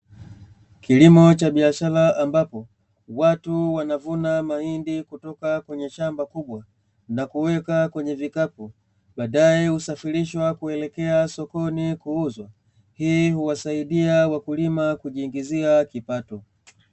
Kilimo cha biashara ambapo, watu wanavuna mahindi kutoka kwenye shamba kubwa na kuwekwa kwenye vikapu. baadae kusafirishwa kuelekea sokoni kuuzwa hii huwasaidia wakulima kujiingizia kipato.